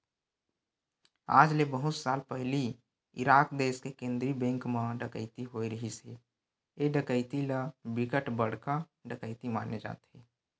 आज ले बहुत साल पहिली इराक देस के केंद्रीय बेंक म डकैती होए रिहिस हे ए डकैती ल बिकट बड़का डकैती माने जाथे